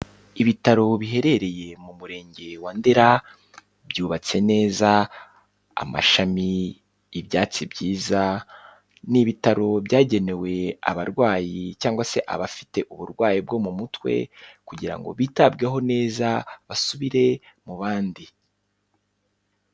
Ibitaro biherereye mu Murenge wa Ndera, byubatse neza, amashami, ibyatsi byiza, ni ibitaro byagenewe abarwayi cyangwa se abafite uburwayi bwo mu mutwe kugira ngo bitabweho neza basubire mu bandi.